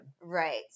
Right